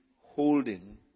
holding